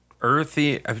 earthy